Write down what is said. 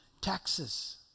Taxes